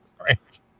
Right